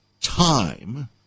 time